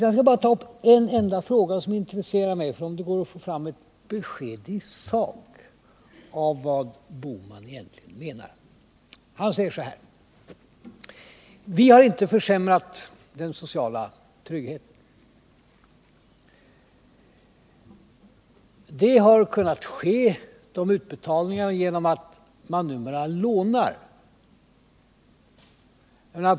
Jag skall bara ta upp en enda fråga som intresserar mig: om det går att få fram ett besked i sak om vad herr Bohman egentligen menar. Han säger så här: Vi har inte försämrat den sociala tryggheten. Utbetalningarna har kunnat ske genom att man numera lånar.